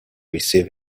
receive